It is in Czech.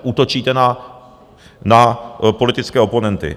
Útočíte na politické oponenty.